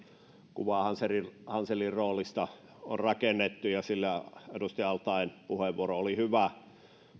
kuvaa hanselin hanselin roolista on rakennettu ja sillä edustaja al taeen puheenvuoro oli hyvä